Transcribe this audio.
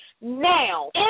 now